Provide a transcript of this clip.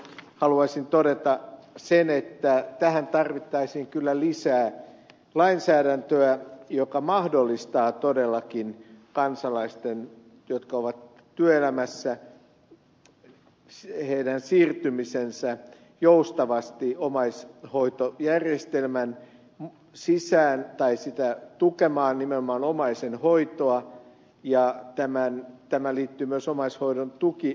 haluaisin todeta sen että tähän tarvittaisiin kyllä lisää lainsäädäntöä joka mahdollistaa todellakin niiden kansalaisten siirtymisen jotka ovat työelämässä joustavasti omais hoitojärjestelmän sisään tai tukemaan nimenomaan omaisen hoitoa ja tämä liittyy myös omaishoidon tukijärjestelmään